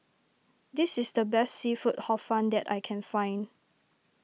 this is the best Seafood Hor Fun that I can find